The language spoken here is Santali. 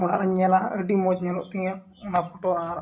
ᱚᱲᱟᱜ ᱨᱤᱧ ᱧᱮᱞᱟ ᱟᱹᱰᱤ ᱢᱚᱡᱽ ᱧᱮᱞᱚᱜ ᱛᱤᱧᱟᱹ ᱚᱱᱟ ᱯᱷᱚᱴᱳ ᱟᱨ